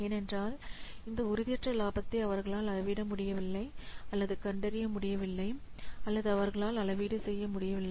ஏனென்றால் இந்த உறுதியற்ற லாபத்தை அவர்களால் அளவிட முடியவில்லை அல்லது கண்டறிய முடியவில்லை அல்லது அவர்களால் அளவீடு செய்ய முடியவில்லை